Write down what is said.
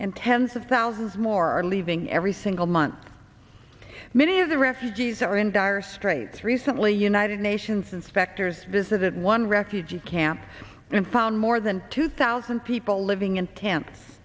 and tens of thousands more are leaving every single month many of the refugees are in dire straits recently united nations inspectors visited one refugee camp and found more than two thousand people living in camps